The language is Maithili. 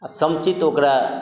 आओर समुचित ओकरा